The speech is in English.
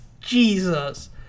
Jesus